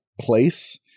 place